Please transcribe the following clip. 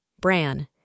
bran